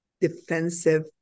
defensive